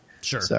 Sure